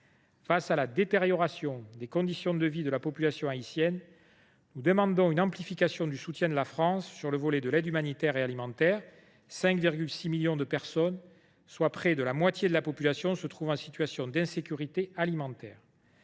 Face à la détérioration des conditions de vie de la population haïtienne, nous demandons une amplification du soutien de la France en termes d’aide humanitaire et alimentaire. En effet, 5,6 millions de personnes, soit près de la moitié de la population, se trouvent actuellement en situation d’insécurité alimentaire.